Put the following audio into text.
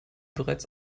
bereits